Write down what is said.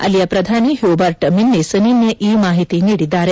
ಅಲ್ಲಿಯ ಪ್ರಧಾನಿ Hubert Minnis ನಿನ್ನೆ ಈ ಮಾಹಿತಿ ನೀಡಿದ್ದಾರೆ